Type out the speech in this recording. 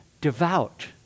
devout